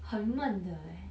很闷的 eh